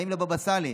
באים לבבא סאלי.